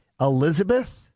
Elizabeth